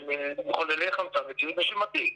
מחוללי חמצן וציוד נשימתי.